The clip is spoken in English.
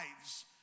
lives